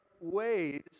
ways